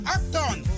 Acton